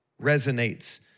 resonates